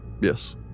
Yes